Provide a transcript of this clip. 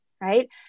right